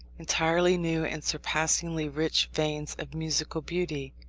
entirely new and surpassingly rich veins of musical beauty.